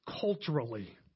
culturally